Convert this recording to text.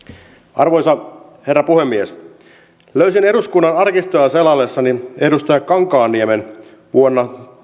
arvoisa herra puhemies löysin eduskunnan arkistoja selaillessani edustaja kankaanniemen vuonna